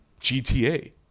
GTA